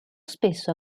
spesso